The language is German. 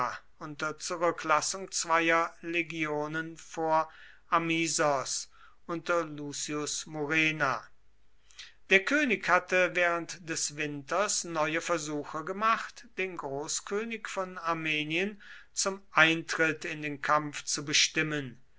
unter zurücklassung zweier legionen vor amisos unter lucius murena der könig hatte während des winters neue versuche gemacht den großkönig von armenien zum eintritt in den kampf zu bestimmen